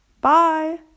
Bye